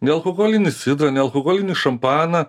nealkoholinį sidrą nealkoholinį šampaną